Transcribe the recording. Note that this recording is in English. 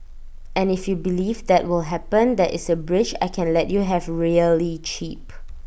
and if you believe that will happen there is A bridge I can let you have really cheap